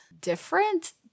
different